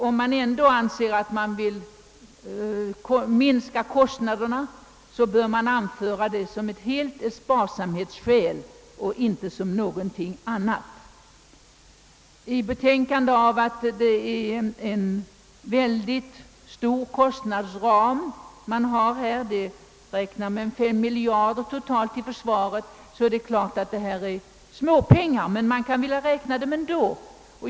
Om man ändå anser att man vill minska kostnaderna bör man anföra sparsamhetsskäl och ingenting annat. I betraktande av att kostnadsramen är mycket stor — vi räknar med 5 miljarder kronor totalt till försvaret — är detta givetvis småpengar, men man kan vilja räkna dem ändå.